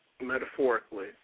metaphorically